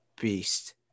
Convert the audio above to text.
beast